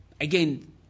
Again